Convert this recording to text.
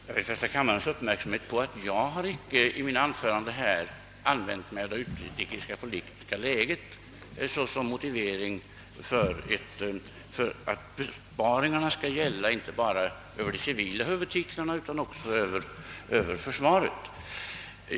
Herr talman! Jag vill fästa kammarens uppmärksamhet på att jag icke i mina anföranden här har använt det utrikespolitiska läget såsom motivering för att besparingarna skall gälla inte bara de civila huvudtitlarna utan också försvaret.